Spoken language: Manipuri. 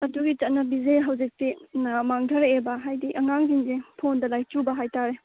ꯑꯗꯨꯒꯤ ꯆꯠꯅꯕꯤꯁꯦ ꯍꯧꯖꯤꯛꯇꯤ ꯃꯥꯡꯊꯔꯛꯑꯦꯕ ꯍꯥꯏꯗꯤ ꯑꯉꯥꯡꯁꯤꯡꯁꯦ ꯐꯣꯟꯗ ꯂꯥꯏꯆꯨꯕ ꯍꯥꯏꯇꯥꯔꯦ